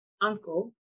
uncle